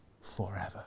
forever